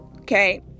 okay